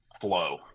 flow